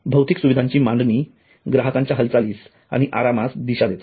भौतिक सुविधांची मांडणी ग्राहकांच्या हालचालीस आणि आरामास दिशा देतात